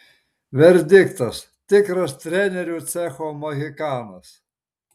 verdiktas tikras trenerių cecho mohikanas